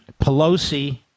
Pelosi